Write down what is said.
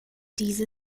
diese